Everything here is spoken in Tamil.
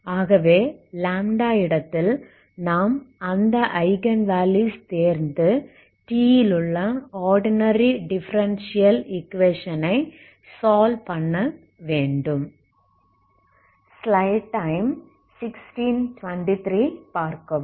ஆகவே λ இடத்தில நாம் அந்த ஐகன் வேல்யூஸ் தேர்ந்தெடுத்து T ல் உள்ள ஆர்டினரி டிஃபரென்ஸியல் ஈக்குவேஷன் ஐ சால்வ் பண்ண வேண்டும்